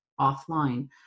offline